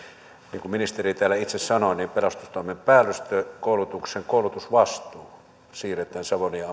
niin kuin ministeri täällä itse sanoo niin pelastustoimen päällystökoulutuksen koulutusvastuu siirretään savonia